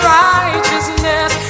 righteousness